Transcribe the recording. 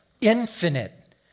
infinite